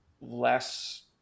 less